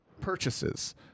purchases